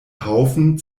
haufen